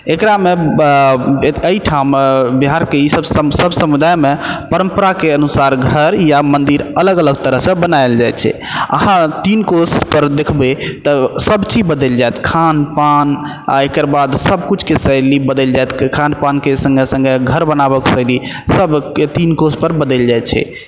एकरामे अइठाम बिहारके ई सब समुदायमे परम्पराके अनुसार घर या मन्दिर अलग अलग तरहसँ बनायै जाइ छै अहाँ तीन कोशपर देखबै तऽ सब चीज बदैल जाएत खान पान आओर एकर बाद सब कुछके शैली बदैलि जाइत खानपानके संगऽ संगऽ घर बनाबक शैली सब तीन कोश पर बदैल जाय छै